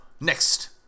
Next